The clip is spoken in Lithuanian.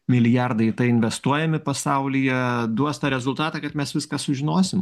milijardai investuojami pasaulyje duos tą rezultatą kad mes viską sužinosim